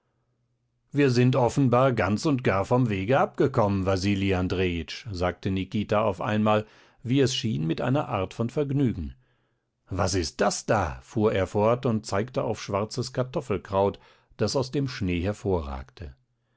wir sind offenbar ganz und gar vom wege abgekommen wasili andrejitsch sagte nikita auf einmal wie es schien mit einer art von vergnügen was ist das da fuhr er fort und zeigte auf schwarzes kartoffelkraut das aus dem schnee hervorragte